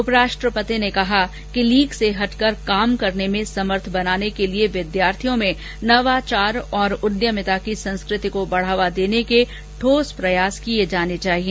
उपराष्ट्रपति ने कहा कि लीक से हटकर काम करने में समर्थ बनाने के लिए विद्यार्थियों में नवाचार और उद्यमिता की संस्कृति को बढावा देने के ठोस प्रयास किये जाने चाहिए